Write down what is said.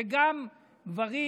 זה גם גברים,